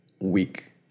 week